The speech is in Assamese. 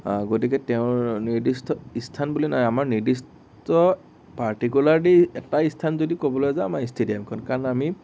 গতিকে তেঁওৰ নিৰ্দিষ্ট ইস্থান বুলি নাই আমাৰ নিৰ্দিষ্ট পাৰ্টিকুলাৰলি এটা ইস্থান যদি ক'বলৈ যাওঁ আমাৰ ইষ্টেডিয়ামখন কাৰণ আমি